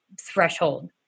threshold